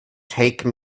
take